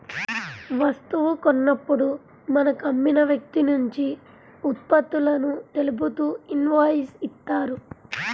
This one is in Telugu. వస్తువు కొన్నప్పుడు మనకు అమ్మిన వ్యక్తినుంచి ఉత్పత్తులను తెలుపుతూ ఇన్వాయిస్ ఇత్తారు